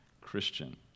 Christian